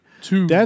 Two